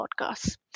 Podcasts